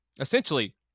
essentially